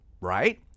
right